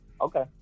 Okay